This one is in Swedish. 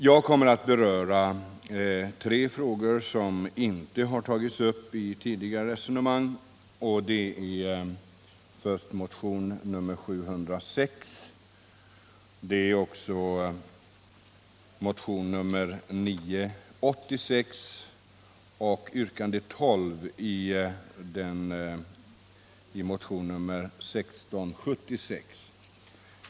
Jag kommer att beröra tre frågor som inte har tagits upp i tidigare resonemang och som redovisats i motionerna 706 och 986 samt i yrkande 12 i motionen 1676.